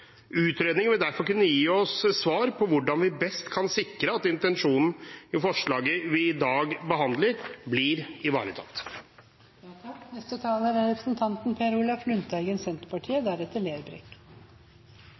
Utredningen vil derfor kunne gi oss svar på hvordan vi best kan sikre at intensjonen i forslaget vi i dag behandler, blir